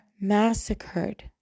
massacred